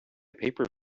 paper